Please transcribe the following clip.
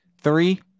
Three